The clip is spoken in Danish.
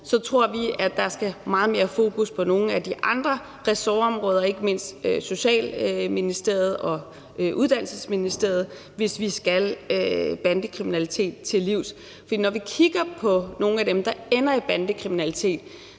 tror vi, der skal meget mere fokus på nogle af de andre ressortområder, ikke mindst Socialministeriets og Uddannelsesministeriets, hvis vi skal bandekriminalitet til livs. For når vi kigger på nogle af dem, der ender i bandekriminalitet,